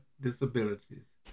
disabilities